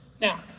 Now